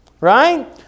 Right